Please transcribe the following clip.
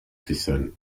descent